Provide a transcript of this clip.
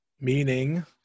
Meaning